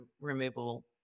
removal